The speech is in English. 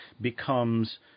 becomes